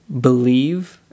believe